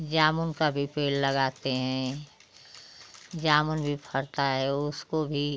जामुन का भी पेड़ लगाते हैं जामुन भी फलता है उसको भी